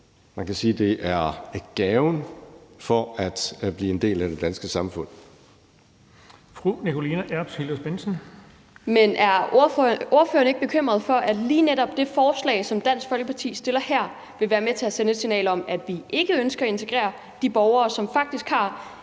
Bonnesen): Fru Nikoline Erbs Hillers-Bendtsen. Kl. 20:43 Nikoline Erbs Hillers-Bendtsen (ALT): Men er ordføreren ikke bekymret for, at lige netop det forslag, som Dansk Folkeparti fremsætter her, vil være med til at sende et signal om, at vi ikke ønsker at integrere de borgere, som faktisk har